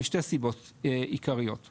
משתי סיבות עיקריות.